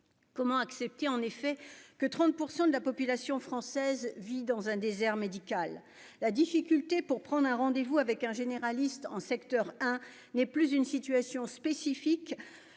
comment accepter en effet que 30 % de la population française vit dans un désert médical, la difficulté, pour prendre un rendez vous avec un généraliste en secteur 1 n'est plus une situation spécifique